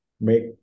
make